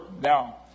Now